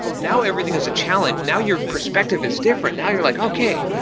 now, everything is a challenge. now, your perspective is different. now, you're like, okay.